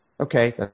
Okay